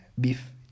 beef